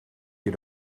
you